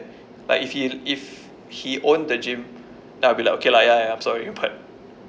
like if he if he owned the gym then I'll be like okay lah ya ya I'm sorry but